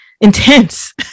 intense